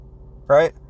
right